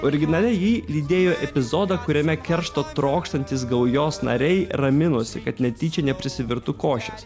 originaliai ji lydėjo epizodą kuriame keršto trokštantys gaujos nariai raminosi kad netyčia neprisivirtų košės